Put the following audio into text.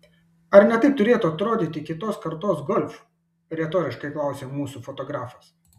ar ne taip turėtų atrodyti kitos kartos golf retoriškai klausė mūsų fotografas